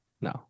No